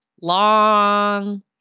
long